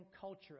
culture